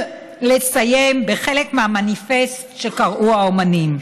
לסיים בחלק מהמניפסט שקראו האומנים.